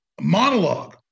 monologue